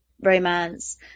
romance